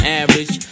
average